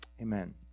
Amen